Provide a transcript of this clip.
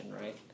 right